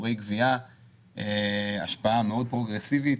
בכלל בשיעורי גבייה ההשפעה מאוד פרוגרסיבית